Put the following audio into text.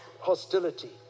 hostility